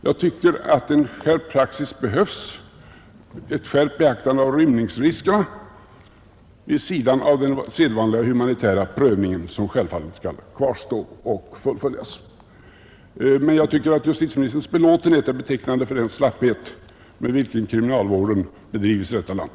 Jag tycker att en skärpt praxis behövs — ett ökat beaktande av rymningsriskerna vid sidan av den sedvanliga humanitära prövningen som självfallet skall kvarstå och fullföljas. Men jag tycker att justitieministerns belåtenhet är betecknande för den slapphet med vilken kriminalvården bedrivs i detta land.